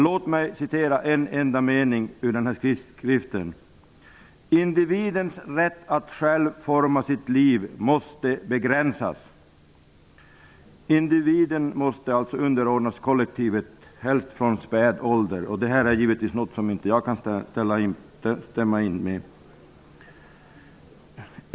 Låt återge en enda mening ur skriften: Individens rätt att själv forma sitt liv måste begränsas. Individen måste alltså underordnas kollektivet, helst från späd ålder. Det här kan jag naturligtvis inte instämma i.